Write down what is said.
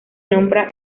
nombra